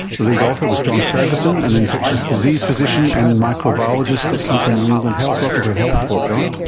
the lead author was john ferguson, an infectious diseases physician and microbiologist at hunter and new england health. welcome to the health report john.